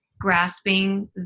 grasping